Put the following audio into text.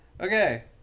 Okay